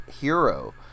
hero